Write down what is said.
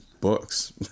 books